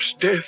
death